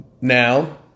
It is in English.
Now